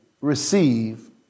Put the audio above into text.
receive